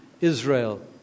Israel